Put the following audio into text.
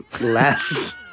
Less